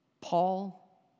Paul